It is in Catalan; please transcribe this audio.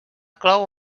clau